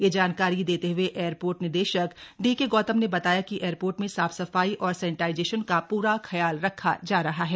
यह जानकारी देते हुए एयरपोर्ट निदेशक डी के गौतम ने बताया कि एयरपोर्ट में साफ सफाई और सैनेटाइजेशन का पूरा ख्याल रखा जा रहा है